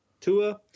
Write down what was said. Tua